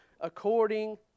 according